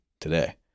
today